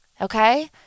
Okay